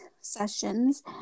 sessions